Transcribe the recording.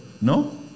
No